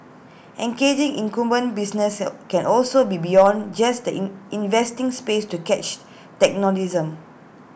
engaging incumbent businesses can also be beyond just the in investing space to catch tech notice him